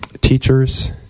teachers